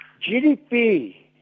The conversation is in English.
GDP